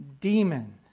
demon